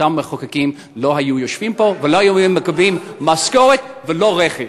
שאותם מחוקקים לא היו יושבים פה ולא היו מקבלים משכורת ולא רכב.